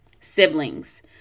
siblings